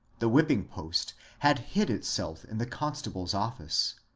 the whipping post had hid itself in the constable's office.